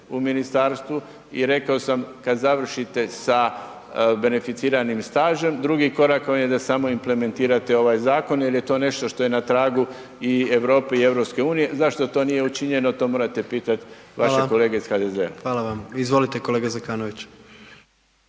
u ministarstvu i rekao sam kad završite sa benficiranim stažem drugi korak vam je da samo implementirate ovaj zakon jer je to nešto što je na tragu i Europe i EU. Zašto to nije učinjeno to morate pitati vaše kolege iz HDZ-a. **Jandroković,